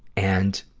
and,